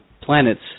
planets